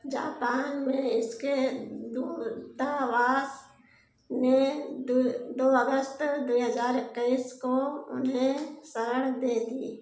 Japan में इसके दूतावास ने दो दो अगस्त दो हजार इक्कीस को उन्हें शरण दे दी